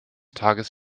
tages